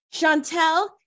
Chantel